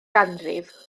ganrif